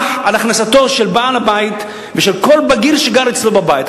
על הכנסתו של בעל-הבית ושל כל בגיר שגר אצלו בבית.